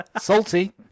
salty